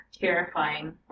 terrifying